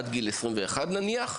עד גיל 21 נניח,